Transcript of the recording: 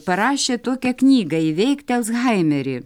parašė tokią knygą įveikti alzhaimerį